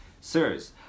sirs